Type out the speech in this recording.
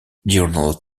diurnal